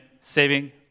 saving